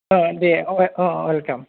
अ दे अ अवेलकाम